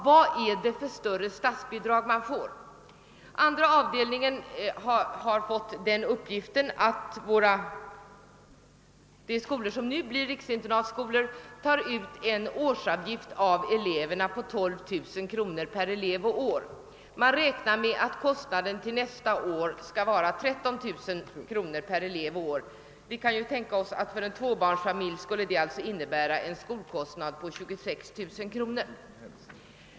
Vad är det då för större statsbidrag man får? Andra avdelningen har fått uppgiften att de skolor som nu blir riksinternatskolor tar ut en avgift av 12 000 kr. per elev och år. Man räknar med att kostnaden nästa år skall ha ökat till 13.009 kr. per elev och år. Vi kan ju tänka oss att det för en tvåbarnsfamilj skulle innebära en skolkostnad på 26 000 kr.